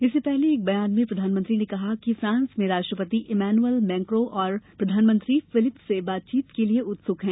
इससे पहले एक बयान में प्रधानमंत्री ने कहा कि फ़ांस में राष्ट्रपति इमैनुअल मैकॉ और प्रधानमंत्री फिलिप से बातचीत के लिए उत्सुक हैं